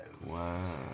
wow